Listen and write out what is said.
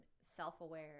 self-aware